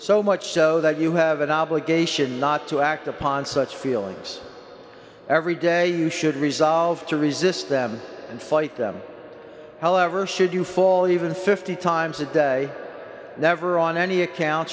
so much so that you have an obligation not to act upon such feelings every day you should resolve to resist them and fight them however should you fall even fifty times a day never on any account